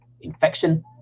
infection